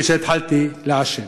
כשהתחלתי לעשן.